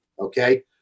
okay